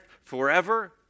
forever